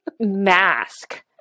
mask